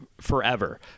forever